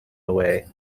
away